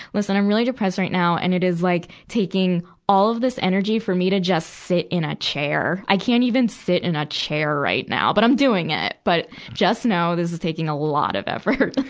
listen, i'm really depressed right now, and it is, like, taking all of this energy for me to just sit in a chair. i can't even sit in a chair right now, but i'm doing it. but, just know, this is taking a lot of effort.